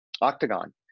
Octagon